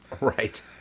Right